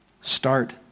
Start